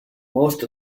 most